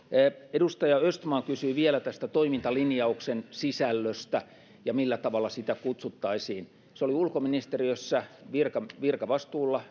edustaja östman kysyi vielä tästä toimintalinjauksen sisällöstä ja siitä millä tavalla sitä kutsuttaisiin se oli ulkoministeriössä virkavastuulla